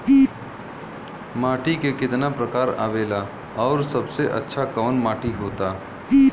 माटी के कितना प्रकार आवेला और सबसे अच्छा कवन माटी होता?